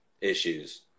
issues